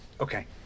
okay